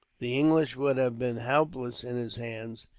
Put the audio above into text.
the english would have been helpless in his hands.